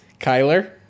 Kyler